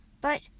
But